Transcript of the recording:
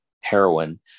heroin